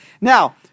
Now